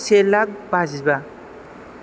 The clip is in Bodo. से लाख बाजिबा